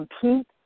compete